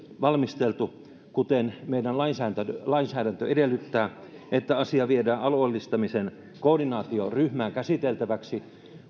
valmisteltu kuten meidän lainsäädäntömme edellyttää että asia viedään alueellistamisen koordinaatioryhmään käsiteltäväksi